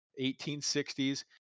1860s